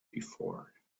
before